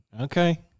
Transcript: Okay